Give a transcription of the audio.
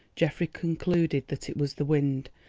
geoffrey concluded that it was the wind,